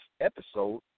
episode